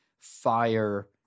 fire